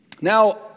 Now